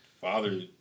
father